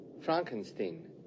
Frankenstein